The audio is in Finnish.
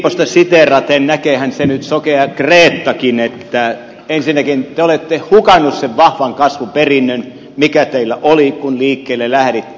lipposta siteeraten näkeehän sen nyt sokea reettakin että ensinnäkin te olette hukanneet sen vahvan kasvuperinnön mikä teillä oli kun liikkeelle lähditte